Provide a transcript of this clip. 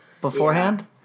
beforehand